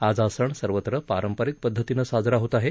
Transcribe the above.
आज हा सण सर्वत्र पारंपरिक पद्धतीनं साजरा होत आहे